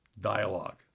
dialogue